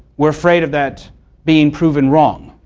we are afraid of that being proven wrong.